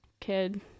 kid